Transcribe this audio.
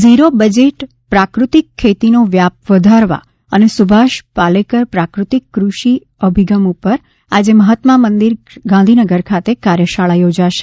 zero budget પ્રાકૃતિક ખેતીનો વ્યાપ વધારવા અને સુભાષ પાલેકર પ્રાકૃતિક કૃષિ અભિગમ ઉપર આજે મહાત્મા મંદિર ગાંધીનગર ખાતે કાર્યશાળા યોજાશે